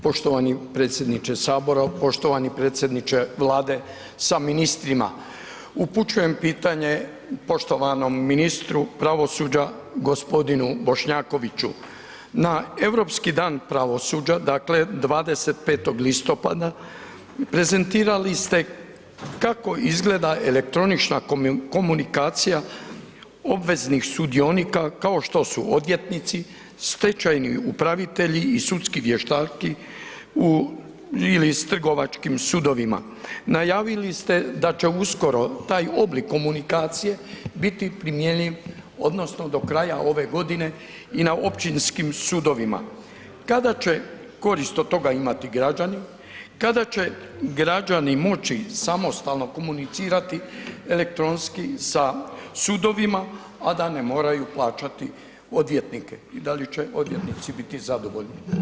Poštovani predsjedniče HS, poštovani predsjedniče Vlade sa ministrima, upućujem pitanje poštovanom ministru pravosuđa g. Bošnjakoviću, na Europski dan pravosuđa, dakle 25. listopada prezentirali ste kako izgleda elektronična komunikacija obveznih sudionika kao što su odvjetnici, stečajni upravitelji i sudski vještaki u ili s trgovačkim sudovima, najavili ste da će uskoro taj oblik komunikacije biti primjenljiv odnosno do kraja ove godine i na općinskim sudovima, kada će korist od toga imati građani, kada će građani moći samostalno komunicirati elektronski sa sudovima, a da ne moraju plaćati odvjetnike i da li će odvjetnici biti zadovoljni?